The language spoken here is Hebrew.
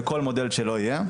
בכל מודל שלא יהיה,